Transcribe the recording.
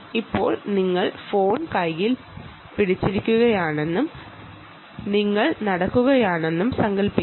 ഇപ്പോൾ നിങ്ങൾ ഫോൺ കൈയിൽ പിടിച്ചിരിക്കുകയാണെന്നും നിങ്ങൾ നടക്കുകയാണെന്നും സങ്കൽപ്പിക്കുക